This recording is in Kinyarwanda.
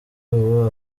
ubu